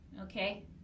okay